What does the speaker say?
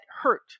hurt